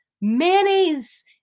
Mayonnaise